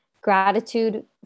gratitude